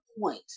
point